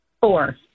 Four